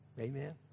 Amen